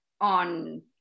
on